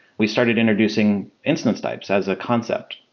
we started introducing instance types as a concept.